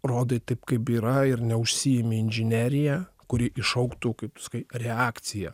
rodai taip kaip yra ir neužsiimi inžinerija kuri iššauktų kaip tu sakai reakciją